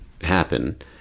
happen